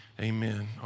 Amen